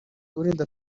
urinda